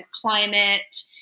climate